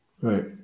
Right